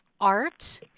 art